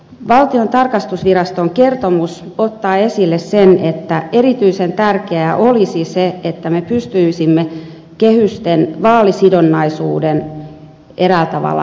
valtion tarkastusviraston kertomus ottaa esille sen että erityisen tärkeää olisi se että me pystyisimme kehysten vaalisidonnaisuuden eräällä tavalla poistamaan